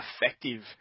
effective